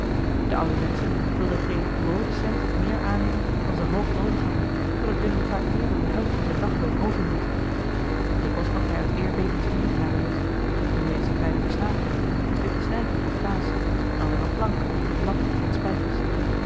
de oude menschen wilden geen rooden cent meer aannemen dan ze hoog noodig hadden zoodat willem vaak meer dan de helft van zijn dagloon overhield dikwijls bracht hij uit eerbeek iets mede naar de hut nu eens eene kleine versnapering een stukje snijkoek of kaas dan weder eene plank eene lat of wat spijkers